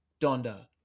Donda